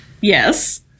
Yes